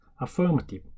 affirmative